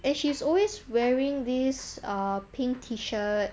and she is always wearing this err pink T shirt